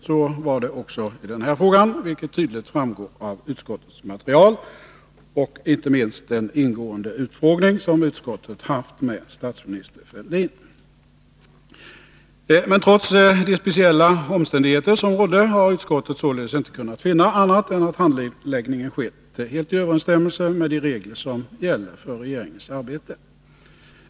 Så var det också i den här frågan, vilket tydligt framgår av utskottets material — inte minst den ingående utfrågning som utskottet haft med statsminister Fälldin. Men trots de speciella omständigheter som rådde har utskottet således inte kunnat finna annat än att handläggningen skett helt i överensstämmelse med de regler som gäller för regeringens arbete.